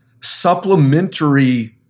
supplementary